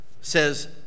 says